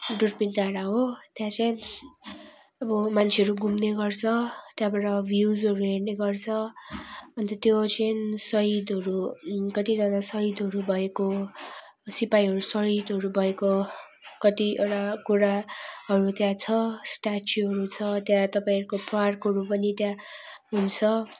दुर्बिन डाँडा हो त्यहाँ चाहिँ अब मान्छेहरू घुम्ने गर्छ त्यहाँबाट भ्युसहरू हेर्ने गर्छ अन्त त्यो चाहिँ सहिदहरू कतिजना सहिदहरू भएको सिपाहीहरू सहिदहरू भएको कतिवटा कुराहरू त्यहाँ छ स्टाचूहरू छ त्यहाँ तपाईँहरूको पार्कहरू पनि त्यहाँ हुन्छ